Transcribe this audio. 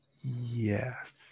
Yes